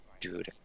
dude